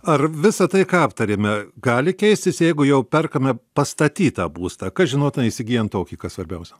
ar visa tai ką aptarėme gali keistis jeigu jau perkame pastatytą būstą kas žinota įsigyjant tokį kas svarbiausia